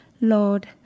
Lord